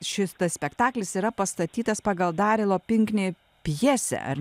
šis spektaklis yra pastatytas pagal darilo pinknei pjesę ar